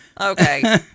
Okay